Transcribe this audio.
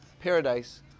paradise